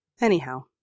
Anyhow